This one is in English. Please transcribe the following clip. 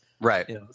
Right